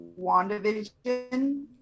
WandaVision